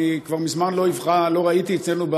אני כבר מזמן לא ראיתי אצלנו,